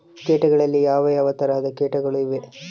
ಕೇಟಗಳಲ್ಲಿ ಯಾವ ಯಾವ ತರಹದ ಕೇಟಗಳು ಇವೆ?